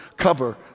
Cover